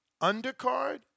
undercard